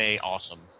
awesome